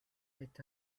est